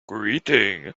greetings